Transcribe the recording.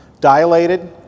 dilated